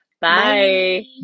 Bye